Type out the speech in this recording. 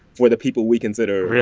for the people we consider.